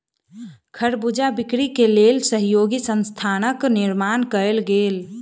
खरबूजा बिक्री के लेल सहयोगी संस्थानक निर्माण कयल गेल